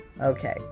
Okay